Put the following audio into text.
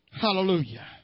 Hallelujah